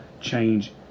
change